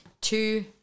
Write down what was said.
Two